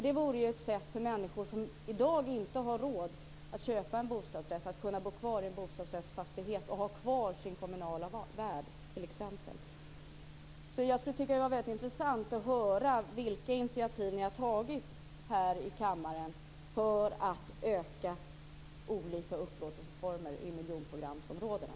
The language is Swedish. Det vore ett sätt för människor som i dag inte har råd att köpa en bostadsrätt att kunna bo kvar i bostadsrättsfastighet och ha kvar t.ex. sin kommunala värd. Jag skulle tycka det vore väldigt intressant att höra vilka initiativ ni har tagit här i kammaren för att öka olika upplåtelseformer i miljonprogramsområdena.